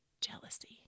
jealousy